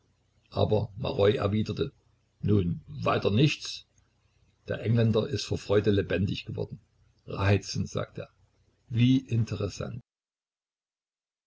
aber maroi erwiderte nun weiter nichts der engländer ist vor freude lebendig geworden reizend sagt er wie interessant